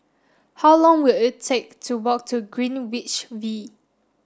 how long will it take to walk to Greenwich V